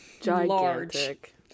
Gigantic